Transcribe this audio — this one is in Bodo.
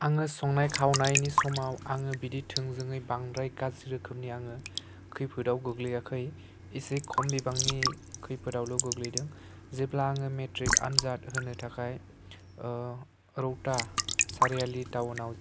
आङो संनाय खावनायनि समाव आङो बिदि थोंजोङै बांद्राय गाज्रि रोखोमनि आङो खैफोदाव गोग्लैयाखै एसे खम बिबांनि खैफोदावल' गोग्लैदों जेब्ला आङो मेट्रिक आनजाद होनो थाखाय रौता सारिआलि टाउनाव